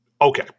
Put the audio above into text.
Okay